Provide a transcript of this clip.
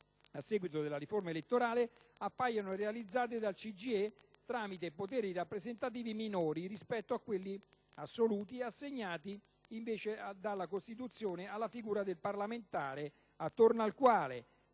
a seguito della riforma elettorale, appaiono realizzate dal CGIE tramite poteri rappresentativi minori rispetto a quelli - assoluti - assegnati invece dalla Costituzione alla figura del parlamentare, attorno al quale